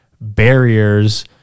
barriers